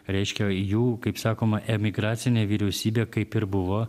reiškia jų kaip sakoma emigracinė vyriausybė kaip ir buvo